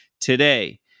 today